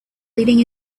leading